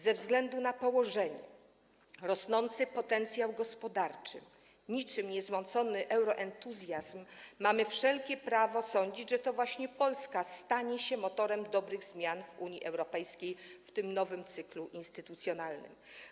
Ze względu na położenie, rosnący potencjał gospodarczy i niczym niezmącony euroentuzjazm mamy wszelkie prawo sądzić, że to właśnie Polska stanie się motorem dobrych zmian w Unii Europejskiej w tym nowym cyklu instytucjonalnym.